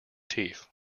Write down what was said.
teeth